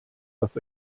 das